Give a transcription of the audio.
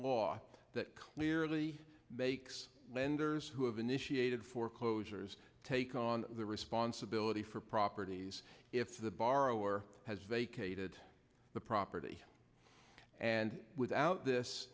law that clearly makes lenders who have initiated foreclosures take on the responsibility for properties if the borrower has vacated the property and without this